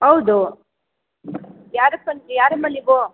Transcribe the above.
ಹೌದೂ ಯಾರಪ್ಪ ನ್ ಯಾರಮ್ಮ ನೀವು